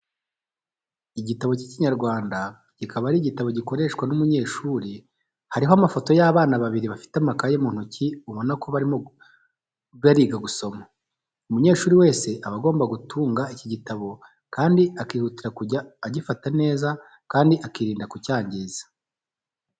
Igitabo cy'Ikinyarwanda, kikaba ari igitabo gikoreshwa n'umunyeshuri, hariho amafoto y'abana babiri bafite amakaye mu ntoki ubona ko barimo bariga gusoma. Umunyeshuri wese aba agomba gutunga iki gitabo kandi akihutira kujya agifata neza kandi akirinda kucyangiza.